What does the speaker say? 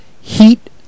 heat